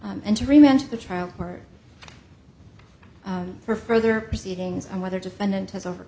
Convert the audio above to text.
card for further proceedings and whether defendant has over